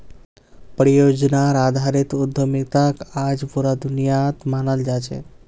परियोजनार आधारित उद्यमिताक आज पूरा दुनियात मानाल जा छेक